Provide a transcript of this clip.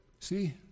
See